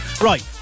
Right